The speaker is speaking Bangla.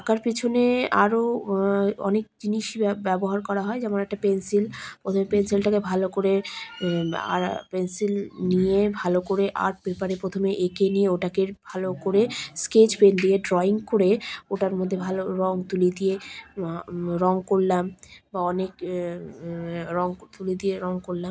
আঁকার পিছনে আরও অনেক জিনিসই ব্য ব্যবহার করা হয় যেমন একটা পেনসিল প্রথমে পেনসিলটাকে ভালো করে আর পেনসিল নিয়ে ভালো করে আর্ট পেপারে প্রথমে এঁকে নিয়ে ওটাকে ভালো করে স্কেচ পেন দিয়ে ড্রয়িং করে ওটার মধ্যে ভালো রঙ তুলি দিয়ে র রঙ করলাম বা অনেক রঙ তুলি দিয়ে রঙ করলাম